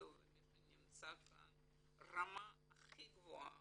ומי שנמצא כאן יגידו שהרמה הכי גבוהה